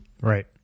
right